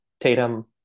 Tatum